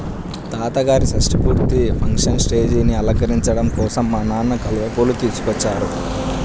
తాతగారి షష్టి పూర్తి ఫంక్షన్ స్టేజీని అలంకరించడం కోసం మా నాన్న కలువ పూలు తీసుకొచ్చారు